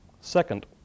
Second